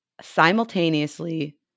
simultaneously